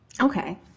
Okay